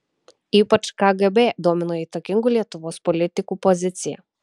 ypač kgb domino įtakingų lietuvos politikų pozicija